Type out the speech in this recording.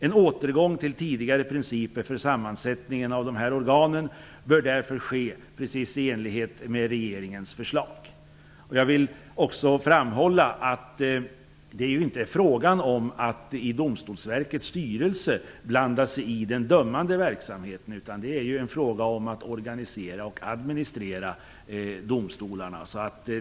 En återgång till tidigare principer för sammansättningen av dessa organ bör därför ske i enlighet med regeringens förslag. Jag vill också framhålla att det inte är fråga om att i Domstolsverkets styrelse blanda sig i den dömande verksamheten, utan det är fråga om att organisera och administrera domstolarna.